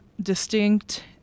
distinct